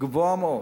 גבוהה מאוד.